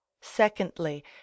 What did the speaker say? Secondly